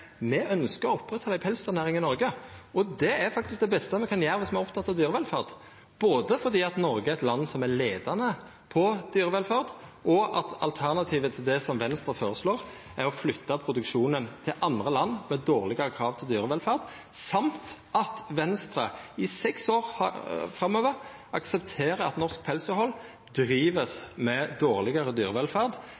me ønskjer å halda ved lag ei pelsdyrnæring i Noreg. Det er faktisk det beste me kan gjera viss me er opptekne av dyrevelferd, både fordi Noreg er eit land som er leiande på dyrevelferd og fordi alternativet til det som Venstre føreslår, er å flytta produksjonen til land med lågare krav til dyrevelferd, samt at Venstre i seks år framover aksepterer at norsk pelsdyrhald